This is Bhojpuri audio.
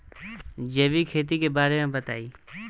जैविक खेती के बारे में बताइ